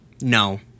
No